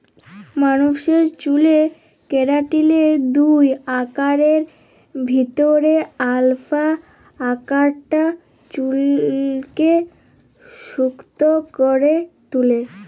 মালুসের চ্যুলে কেরাটিলের দুই আকারের ভিতরে আলফা আকারটা চুইলকে শক্ত ক্যরে তুলে